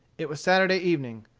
it was saturday evening.